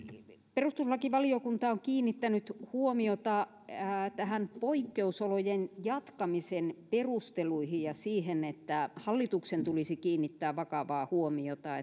perustuslakivaliokunta on kiinnittänyt huomiota poikkeusolojen jatkamisen perusteluihin ja siihen että hallituksen tulisi kiinnittää vakavaa huomiota